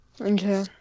Okay